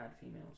females